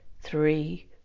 three